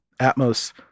Atmos